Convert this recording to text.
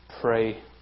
pray